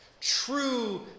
True